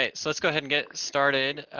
ah so let's go ahead and get started.